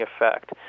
effect